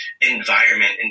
environment